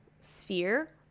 sphere